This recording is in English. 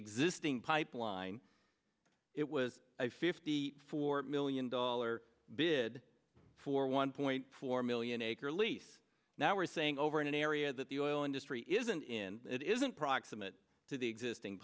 existing pipeline it was a fifty four million dollar bid for one point four million acre leith now we're saying over an area that the oil industry isn't in it isn't proximate to the existing